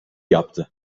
yaptı